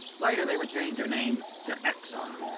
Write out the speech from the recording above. later they would change their name to exxon.